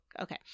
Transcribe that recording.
okay